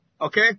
okay